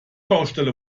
baustelle